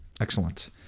Excellent